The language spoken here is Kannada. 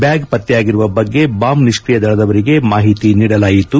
ಬ್ಲಾಗ್ ಪತ್ತೆಯಾಗಿರುವ ಬಗ್ಗೆ ಬಾಂಬ್ ನಿಷ್ಲಿಯ ದಳದವರಿಗೆ ಮಾಹಿತಿ ನೀಡಲಾಯಿತು